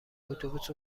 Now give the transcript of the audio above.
اتوبوس